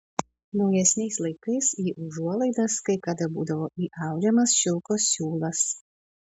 naujesniais laikais į užuolaidas kai kada būdavo įaudžiamas šilko siūlas